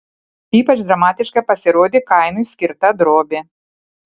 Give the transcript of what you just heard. ypač dramatiška pasirodė kainui skirta drobė